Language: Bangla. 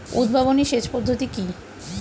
উদ্ভাবনী সেচ পদ্ধতি কি?